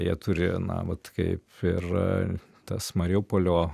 jie turi na vat kaip ir tas mariupolio